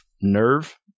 Nerve